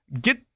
get